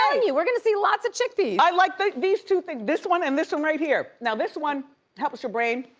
and you, we're gonna see lots of chickpeas. i like but these two things, this one and this one right here. now this one helps your brain,